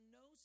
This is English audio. no